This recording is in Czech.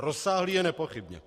Rozsáhlý je nepochybně.